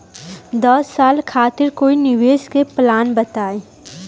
दस साल खातिर कोई निवेश के प्लान बताई?